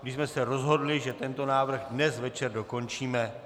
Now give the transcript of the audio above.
My jsme se rozhodli, že tento návrh dnes večer dokončíme.